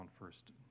first